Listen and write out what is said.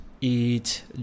eat